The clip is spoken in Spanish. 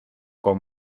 con